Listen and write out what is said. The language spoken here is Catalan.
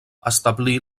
establí